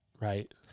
Right